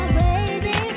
baby